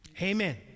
Amen